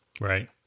Right